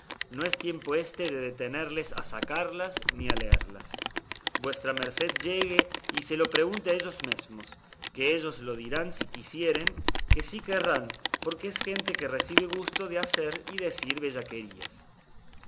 no es tiempo éste de detenerles a sacarlas ni a leellas vuestra merced llegue y se lo pregunte a ellos mesmos que ellos lo dirán si quisieren que sí querrán porque es gente que recibe gusto de hacer y decir